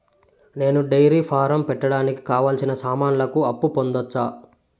నేను dairy farm పెట్టడానికి కావాల్సిన సామాన్లకు అప్పు పొందొచ్చా?